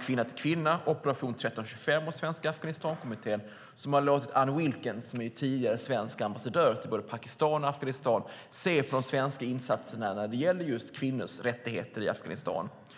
Kvinna till Kvinna, Operation 1325 och Svenska Afghanistankommittén, som har låtit Ann Wilkens, som är tidigare svensk ambassadör för både Pakistan och Afghanistan, se på de svenska insatserna när det gäller just kvinnors rättigheter i Afghanistan.